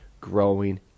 Growing